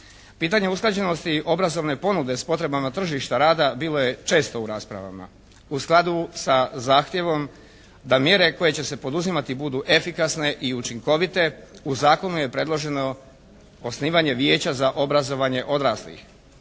Pitanje usklađenosti obrazovne ponude sa potrebama tržišta rada bilo je često u raspravama. U skladu sa zahtjevom da mjere koje će se poduzimati budu efikasne i učinkovite u zakonu je predloženo osnivanje Vijeća za obrazovanje odraslih.